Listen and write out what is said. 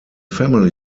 family